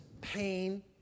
pain